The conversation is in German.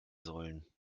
sollen